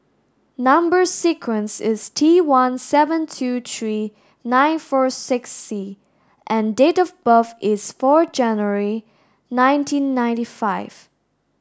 number sequence is Tone seven two three nine four six C and date of birth is four January nineteen ninety five